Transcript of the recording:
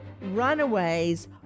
runaways